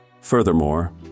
Furthermore